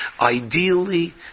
Ideally